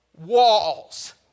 Walls